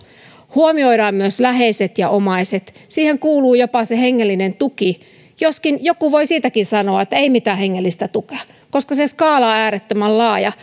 huomioidaan myös läheiset ja omaiset siihen kuuluu jopa se hengellinen tuki joskin joku voi siitäkin sanoa että ei mitään hengellistä tukea koska se skaala on äärettömän laaja